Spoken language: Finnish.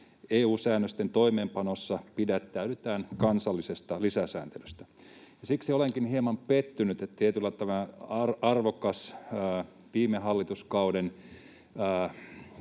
EU-säännösten toimeenpanossa pidättäydytään kansallisesta lisäsääntelystä. Siksi olenkin hieman pettynyt, että tietyllä tavalla arvokas viime hallituskauden